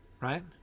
right